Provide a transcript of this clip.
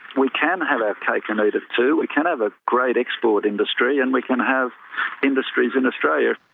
we can have our cake and eat it too, we can have a great export industry and we can have industries in australia.